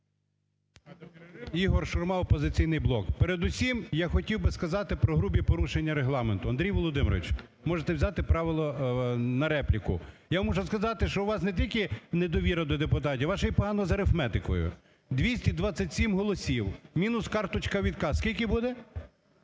Ігор Шурма, "Опозиційний блок". Передусім я хотів би сказати про грубі порушення регламенту. Андрій Володимирович, можете взяти право на репліку. Я вам мушу сказати, що у вас не тільки недовіра до депутатів, у вас ще й погано з арифметикою. 227 голосів мінус карточка Вітка, скільки буде?